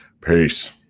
peace